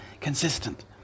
consistent